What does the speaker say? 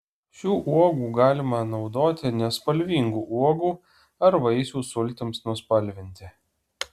šių uogų galima naudoti nespalvingų uogų ar vaisių sultims nuspalvinti